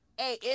Hey